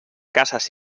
casas